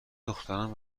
دختران